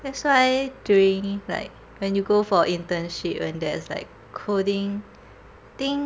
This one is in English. that's why during like when you go for internship when there's like coding think